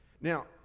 Now